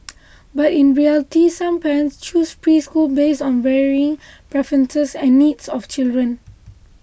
but in reality some parents choose preschools based on varying preferences and needs of children